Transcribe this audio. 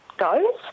goes